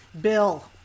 Bill